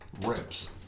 reps